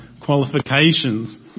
qualifications